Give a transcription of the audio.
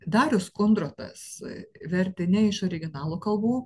darius kundrotas vertė ne iš originalo kalbų